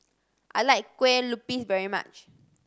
I like kue lupis very much